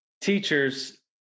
teachers